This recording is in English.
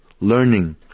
learning